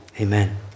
Amen